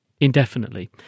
indefinitely